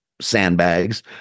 sandbags